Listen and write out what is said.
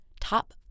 Top